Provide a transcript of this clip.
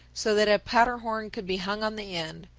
so that a powder-horn could be hung on the end,